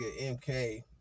MK